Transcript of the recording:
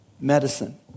Medicine